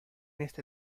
este